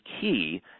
key